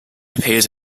appeared